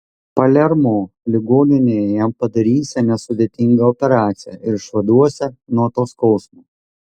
palermo ligoninėje jam padarysią nesudėtingą operaciją ir išvaduosią nuo to skausmo